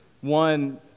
One